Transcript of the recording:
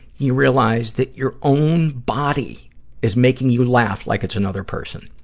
you realized that your own body is making you laugh like it's another person.